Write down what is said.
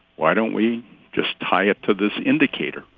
why don't we just tie it to this indicator?